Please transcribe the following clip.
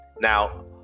Now